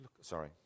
Sorry